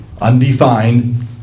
undefined